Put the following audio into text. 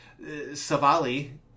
Savali